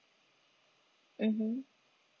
mmhmm